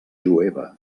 jueva